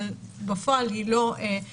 אבל בפועל היא לא ממומשת,